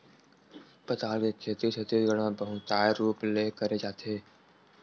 पताल के खेती छत्तीसगढ़ म बहुताय रूप ले करे जाथे